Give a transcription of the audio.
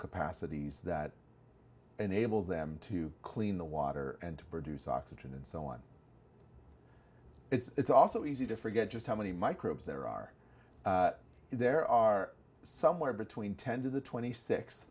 capacities that enable them to clean the water and to produce oxygen and so on it's also easy to forget just how many microbes there are there are somewhere between ten to the twenty six